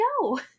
no